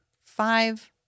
five